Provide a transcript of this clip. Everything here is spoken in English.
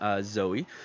Zoe